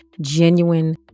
genuine